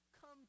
come